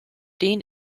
den